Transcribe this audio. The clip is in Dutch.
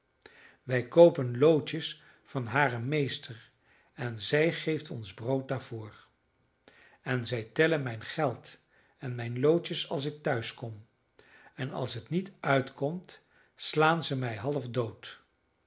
wij koopen loodjes van haren meester en zij geeft ons brood daarvoor en zij tellen mijn geld en mijne loodjes als ik tehuis kom en als het niet uitkomt slaan ze mij halfdood